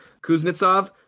Kuznetsov